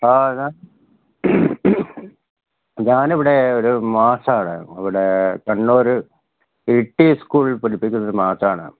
ആ ഇത് ഞാനിവിടെ ഒരു മാഷാണ് ഇവിടെ കണ്ണൂർ ഇ ട്ടീ സ്കൂളില് പഠിപ്പിക്കുന്ന ഒരു മാഷാണ്